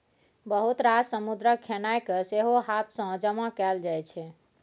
बहुत रास समुद्रक खेनाइ केँ सेहो हाथ सँ जमा कएल जाइ छै